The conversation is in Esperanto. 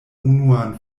unuan